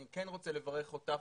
אני כן רוצה לברך אותך,